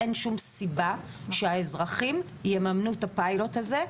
אין שום סיבה שהאזרחים יממנו את הפיילוט הזה,